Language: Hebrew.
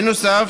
בנוסף,